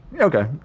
Okay